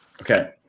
Okay